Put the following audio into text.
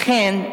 לכן,